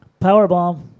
Powerbomb